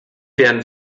werden